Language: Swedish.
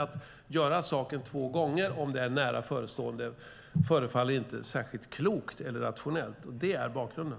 Att göra saken två gånger - om det är nära förestående - förefaller inte särskilt klokt eller rationellt. Detta är bakgrunden.